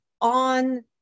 on